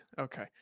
Okay